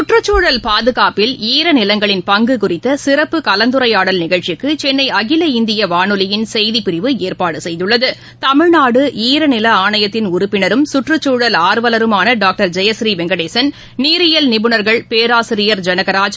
சுற்றுக்குழல் பாதுகாப்பில் ஈர நிலங்களின் பங்கு குறித்த சிறப்பு கலந்துரையாடல் நிகழ்ச்சிக்கு சென்னை அகில இந்திய வானொலியின் செய்திப்பிரிவு ஏற்பாடு செய்துள்ளது தமிழ்நாடு ஈர நில ஆணையத்தின் உறுப்பினரும் கற்றுக்குழல் ஆர்வலருமான டாக்டர் ஜெயப்ரீ வெங்கடேசன் நீரியல் நிபுணர்கள் பேராசிரியர் ஜனகராஜ்